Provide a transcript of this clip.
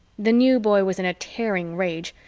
the new boy was in a tearing rage.